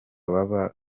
b’aba